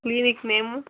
clinic name